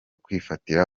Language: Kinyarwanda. kwifatira